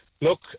look